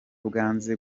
bwanze